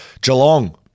Geelong